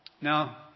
Now